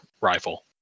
rifle